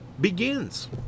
begins